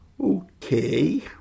Okay